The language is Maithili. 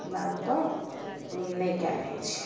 हमरा बूते नहि कएल होइ छै